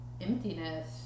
emptiness